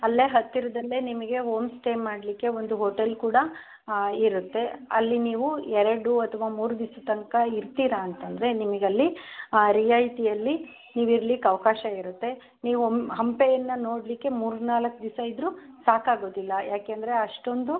ಅಲ್ಲೇ ಹತ್ತಿರದಲ್ಲೆ ನಿಮಗೆ ಹೋಮ್ಸ್ಟೇ ಮಾಡಲಿಕ್ಕೆ ಒಂದು ಹೋಟೆಲ್ ಕೂಡ ಇರುತ್ತೆ ಅಲ್ಲಿ ನೀವು ಎರಡು ಅಥವಾ ಮೂರು ದಿವ್ಸದ ತನಕ ಇರ್ತೀರ ಅಂತಂದರೆ ನಿಮಗೆ ಅಲ್ಲಿ ರಿಯಾಯತಿಯಲ್ಲಿ ನೀವು ಇರ್ಲಿಕ್ಕೆ ಅವಕಾಶ ಇರುತ್ತೆ ನೀವು ಹಂಪೆಯನ್ನು ನೋಡಲಿಕ್ಕೆ ಮೂರು ನಾಲ್ಕು ದಿವಸ ಇದ್ದರು ಸಾಕಾಗೋದಿಲ್ಲ ಯಾಕೆಂದ್ರೆ ಅಷ್ಟೊಂದು